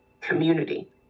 community